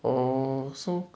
oh so